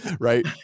right